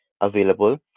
available